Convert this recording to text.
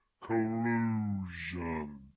collusion